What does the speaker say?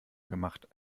gemacht